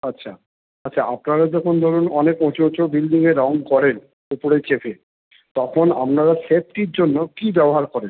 আচ্ছা আচ্ছা আপনারা যখন ধরুন অনেক উঁচু উঁচু বিল্ডিংয়ে রঙ করেন উপরে চেপে তখন আপনারা সেফটির জন্য কী ব্যবহার করেন